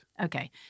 Okay